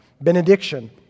benediction